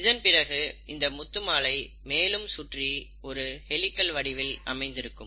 இதன்பிறகு இந்த முத்து மாலை மேலும் சுற்றி ஒரு ஹெலிக்கள் வடிவில் அமைந்திருக்கும்